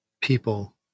people